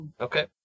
Okay